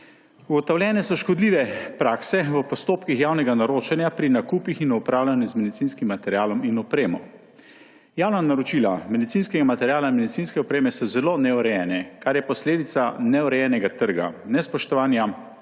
Ugotovljene so škodljive prakse v postopkih javnega naročanja pri nakupih in opravljanju z medicinskim materialom in opremo. Javna naročila medicinskega materiala in medicinske opreme so zelo neurejena, kar je posledica neurejenega trga, nespoštovanja